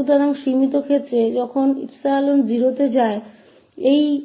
इसलिए सीमित स्थिति में जब 𝜖 0 पर जाता है तो यह